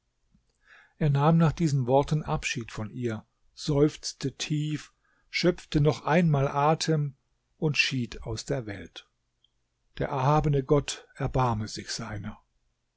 er nahm nach diesen worten abschied von ihr seufzte tief schöpfte noch einmal atem und schied aus der welt der erhabene gott erbarme sich seiner